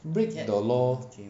break the law